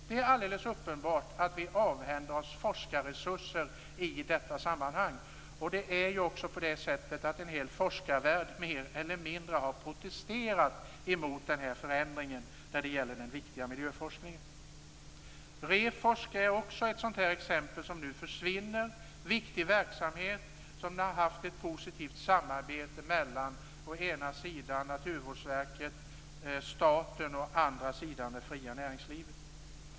Det är alldeles uppenbart att vi avhänder oss forskarresurser i detta sammanhang. Det är också på det sättet att en hel forskarvärld har protesterat mer eller mindre mot den här förändringen av den viktiga miljöforskningen. REFORSK är också ett exempel på viktig verksamhet som nu försvinner. Man har haft ett positivt samarbete mellan å ena sidan Naturvårdsverket och staten och å andra sidan det fria näringslivet.